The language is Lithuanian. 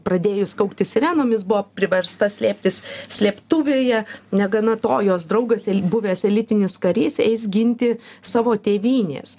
pradėjus kaukti sirenomis buvo priversta slėptis slėptuvėje negana to jos draugas buvęs elitinis karys eis ginti savo tėvynės